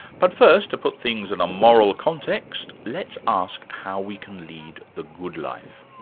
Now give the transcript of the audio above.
but first, to put things in a moral context, let's ask how we can lead the good life.